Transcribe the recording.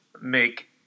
make